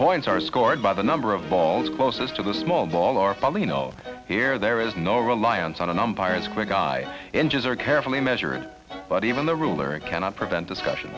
points are scored by the number of balls closest to the small ball or fall you know here there is no reliance on an empire as quick i inches are carefully measured but even the ruler it cannot prevent discussion